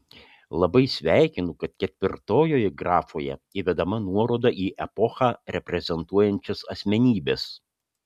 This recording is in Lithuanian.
labai sveikinu kad ketvirtojoje grafoje įvedama nuoroda į epochą reprezentuojančias asmenybes